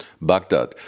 Baghdad